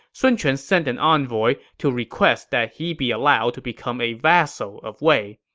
sun quan sent an envoy to request that he be allowed to become a vassal of wei.